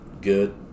good